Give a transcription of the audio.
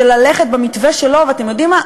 שללכת במתווה שלו, ואתם יודעים מה?